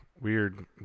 Weird